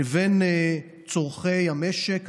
לבין צורכי המשק,